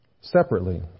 separately